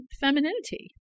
femininity